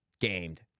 gamed